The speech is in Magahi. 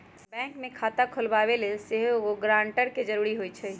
बैंक में खता खोलबाबे लेल सेहो एगो गरानटर के जरूरी होइ छै